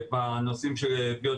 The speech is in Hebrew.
אנחנו מתעסקים בנושאים של ביוטכנולוגיה,